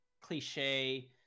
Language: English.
cliche